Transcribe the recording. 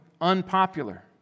unpopular